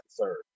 third